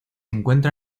encuentra